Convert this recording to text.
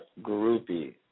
Groupie